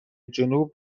جنوب